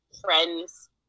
friends